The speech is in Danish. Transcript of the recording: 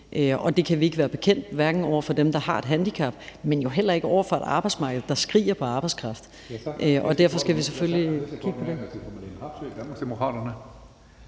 det kan vi ikke være bekendt, hverken over for dem, der har et handicap, eller over for et arbejdsmarked, der skriger på arbejdskraft. Og derfor skal vi selvfølgelig kigge på det.